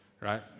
right